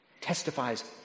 testifies